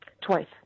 Twice